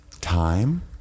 time